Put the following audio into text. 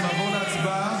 אנחנו נעבור להצבעה.